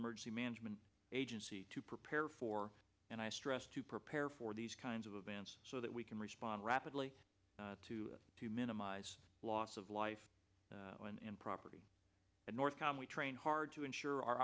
emergency management agency to prepare for and i stress to prepare for these kinds of events so that we can respond rapidly to to minimize loss of life and property in north com we train hard to ensure our